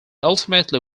ultimately